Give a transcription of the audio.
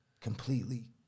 completely